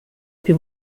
più